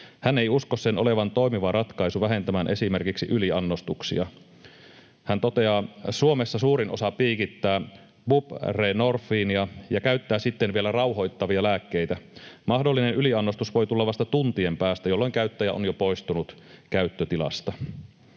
Hän ei usko sen olevan toimiva ratkaisu vähentämään esimerkiksi yliannostuksia. Hän toteaa: ”Suomessa suurin osa piikittää buprenorfiinia ja käyttää sitten vielä rauhoittavia lääkkeitä. Mahdollinen yliannostus voi tulla vasta tuntien päästä, jolloin käyttäjä on jo poistunut käyttötilasta.”